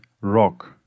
rock